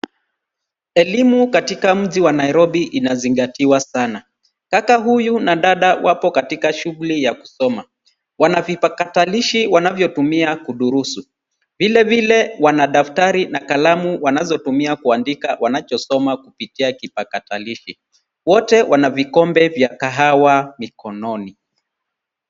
Elimu katika mji wa Nairobi inazingatiwa sana. Kaka huyu na dada wapo katika shughuli ya kusoma. Wana vipakatalishi wanavyotumia kudurusu. Vile vile wana daftari na kalamu wanazotumia kuandika wanachosoma kupitia kipakatalishi. Wote wana vikombe vya kahawa mikononi.